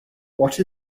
what